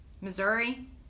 Missouri